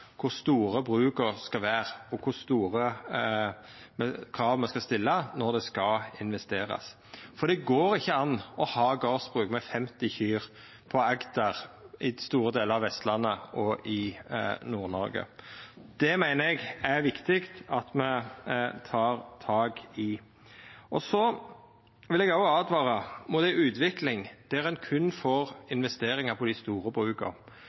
kor store bruka skal vera, og kor store krav me skal stilla når det skal investerast. For det går ikkje an å ha gardsbruk med 50 kyr på Agder, i store delar av Vestlandet og i Nord-Noreg. Det meiner eg er viktig at me tar tak i. Eg vil òg åtvara mot ei utvikling der ein berre får investeringar på dei store bruka.